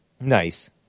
Nice